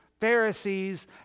Pharisees